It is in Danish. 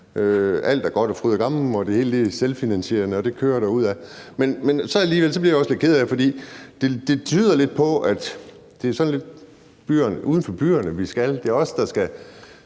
Alt er godt og fryd og gammen, og det hele er selvfinansierende, og det kører derudad. Men alligevel bliver jeg også lidt ked af det, for det tyder lidt på, at det er os uden for byerne, der skal fjerne 200.000